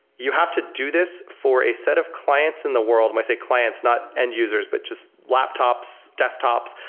you have to do this for a set of clients in the world. when i say clients, not end-users, but just laptops, desktops,